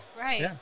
Right